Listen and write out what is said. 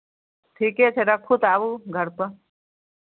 ठीके छै राखू तऽ आबू घरपर